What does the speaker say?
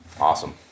Awesome